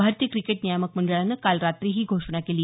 भारतीय क्रिकेट नियामक मंडळानं काल रात्री ही घोषणा केली